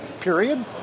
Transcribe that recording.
period